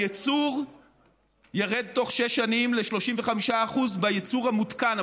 הייצור ירד תוך שש שנים ל-35%, בייצור המותקן.